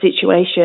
situation